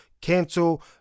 cancel